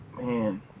Man